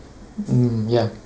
mm ya